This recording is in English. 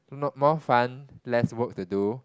mo~ more fun less work to do